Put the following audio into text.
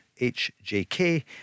HJK